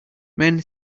men